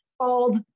called